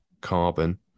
carbon